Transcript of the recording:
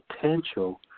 potential